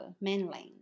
mainland